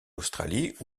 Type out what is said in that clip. australie